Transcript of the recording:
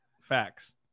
facts